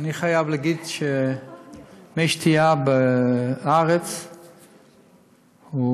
אני חייב להגיד שמי השתייה בארץ הם מצוינים,